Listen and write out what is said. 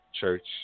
church